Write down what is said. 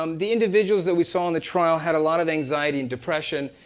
um the individuals that we saw in the trial had a lot of anxiety and depression.